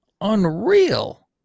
unreal